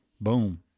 Boom